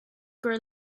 grow